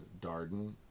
Darden